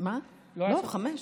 לא, חמש דקות.